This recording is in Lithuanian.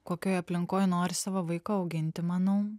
kokioj aplinkoj nori savo vaiką auginti manau